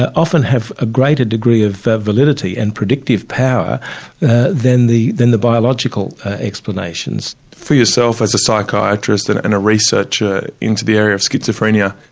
ah often have a greater degree of validity and predictive power than the than the biological explanations. for yourself as a psychiatrist and and a researcher into the area of schizophrenia,